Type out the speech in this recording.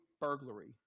burglary